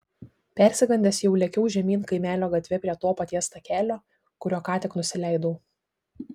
persigandęs jau lėkiau žemyn kaimelio gatve prie to paties takelio kuriuo ką tik nusileidau